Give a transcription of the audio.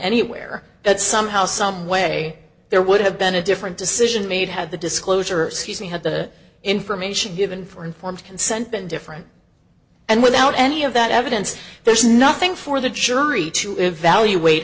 anywhere that somehow someway there would have been a different decision made had the disclosure excuse me had the information given for informed consent been different and without any of that evidence there's nothing for the jury to evaluate